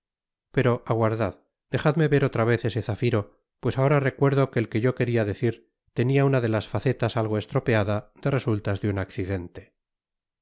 pero aguardad dejadme ver otra vez ese zafiro pues ahora recuerdo que el que yo queria decir tenia una de las facetas algo estropeada de resultas de un accidente